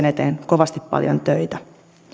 eteen tulisi tehdä kovasti paljon töitä